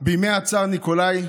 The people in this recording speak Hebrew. בימי הצאר ניקולאי,